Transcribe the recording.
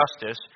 Justice